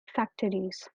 factories